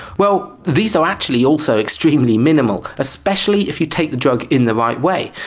well, these are actually also extremely minimal, especially if you take the drug in the right way.